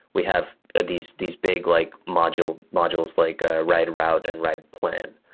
we have ah these these big like modules modules like ah ride route and ride plan,